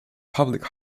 public